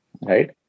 Right